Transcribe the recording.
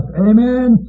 amen